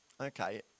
okay